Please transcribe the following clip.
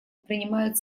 принимает